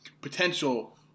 potential